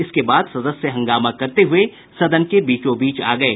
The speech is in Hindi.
इसके बाद सदस्य हंगामा करते हुए सदन के बीचोंबीच आ गये